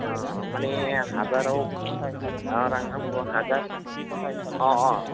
अ माने हाजाराव अ रां नांगौ हाजार अ अ